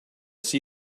see